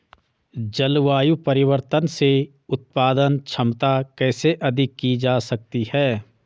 जलवायु परिवर्तन से उत्पादन क्षमता कैसे अधिक की जा सकती है?